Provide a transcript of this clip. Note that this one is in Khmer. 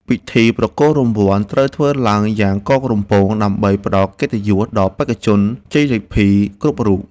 ពិធីប្រគល់រង្វាន់ត្រូវធ្វើឡើងយ៉ាងកងរំពងដើម្បីផ្ដល់កិត្តិយសដល់បេក្ខជនជ័យលាភីគ្រប់រូប។